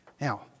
Now